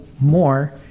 more